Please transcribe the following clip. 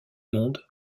monde